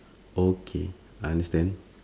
okay I understand